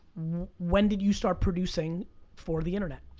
when did you start producing for the internet